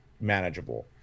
manageable